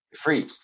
Free